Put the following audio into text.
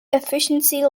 efficiency